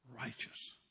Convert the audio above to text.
righteous